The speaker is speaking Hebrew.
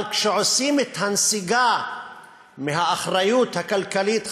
אבל כשעושים את הנסיגה מהאחריות הכלכלית,